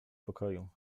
pokoju